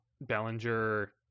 Bellinger